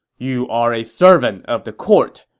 you are a servant of the court,